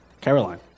Caroline